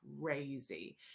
crazy